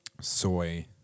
soy